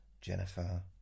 Jennifer